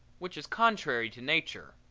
which is contrary to nature.